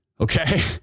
okay